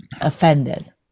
offended